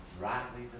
rightly